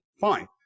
Fine